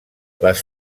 les